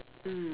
mm